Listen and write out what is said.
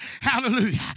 Hallelujah